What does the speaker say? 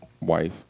wife